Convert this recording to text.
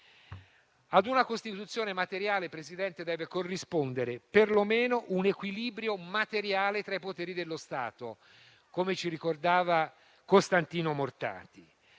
Ad una Costituzione materiale, signor Presidente, deve corrispondere perlomeno un equilibrio materiale tra poteri dello Stato, come ci ricordava Costantino Mortati.